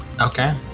okay